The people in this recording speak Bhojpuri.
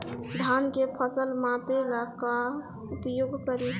धान के फ़सल मापे ला का उपयोग करी?